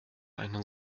einen